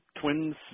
Twins